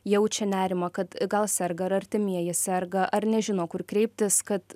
jaučia nerimą kad gal serga ar artimieji serga ar nežino kur kreiptis kad